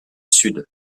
sud